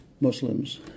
Muslims